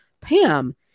Pam